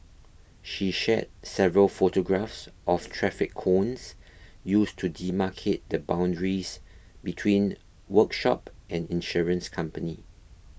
she shared several photographs of traffic cones used to demarcate the boundaries between workshop and insurance company